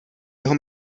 jeho